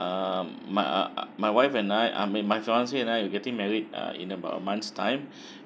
uh my uh my wife and I I mean my fiancee and I are getting married uh in about a month's time